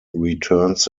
returns